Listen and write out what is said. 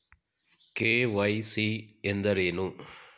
KYC ಎಂದರೇನು?